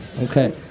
Okay